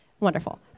Wonderful